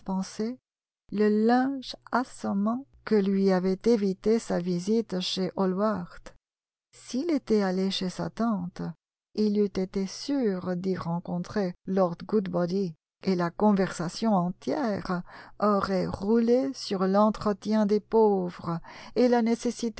le lunch assommant que lui avait évité sa visite chez hallward s'il était allé chez sa tante il eût été sûr d'y rencontrer lord goodbody et la conversation entière aurait roulé sur l'entretien des pauvres et la nécessité